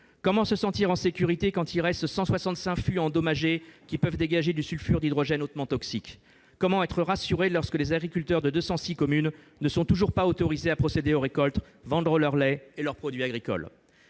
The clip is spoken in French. Comment se sentir en sécurité quand il reste 165 fûts endommagés qui peuvent dégager du sulfure d'hydrogène hautement toxique ? Comment être rassuré lorsque les agriculteurs de 206 communes ne sont toujours pas autorisés à procéder aux récoltes ni à vendre leur lait et leurs produits agricoles ?